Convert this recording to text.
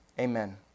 Amen